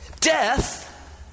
Death